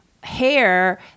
hair